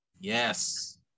yes